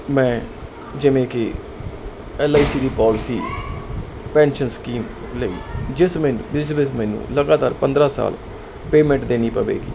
ਮੈਂ ਜਿਵੇਂ ਕਿ ਐਲ ਆਈ ਸੀ ਦੀ ਪੋਲਸੀ ਪੈਨਸ਼ਨ ਸਕੀਮ ਲਈ ਜਿਸ ਵਿਚ ਮੈਨੂੰ ਲਗਾਤਾਰ ਪੰਦਰਾ ਸਾਲ ਪੇਮੈਂਟ ਦੇਣੀ ਪਵੇਗੀ